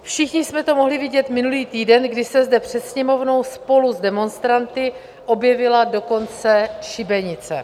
Všichni jsme to mohli vidět minulý týden, kdy se zde před Sněmovnou spolu s demonstranty objevila dokonce šibenice.